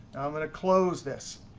i'm going to close this.